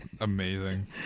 Amazing